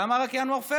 למה רק ינואר-פברואר?